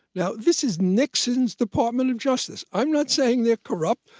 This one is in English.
now, this is nixon's department of justice. i'm not saying they're corrupt,